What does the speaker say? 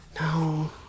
No